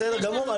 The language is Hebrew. בסדר גמור,